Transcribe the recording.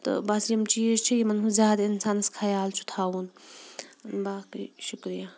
تہٕ بَس یِم چیٖز چھِ یِمَن ہُنٛد زیادٕ اِنسانَس خیال چھُ تھَوُن باقٕے شُکریا